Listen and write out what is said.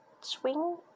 swing